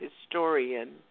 historian